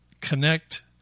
connect